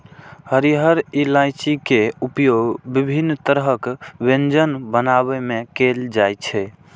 हरियर इलायची के उपयोग विभिन्न तरहक व्यंजन बनाबै मे कैल जाइ छै